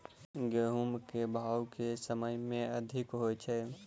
गेंहूँ केँ भाउ केँ समय मे अधिक होइ छै?